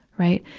right?